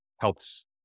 helps